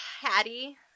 Hattie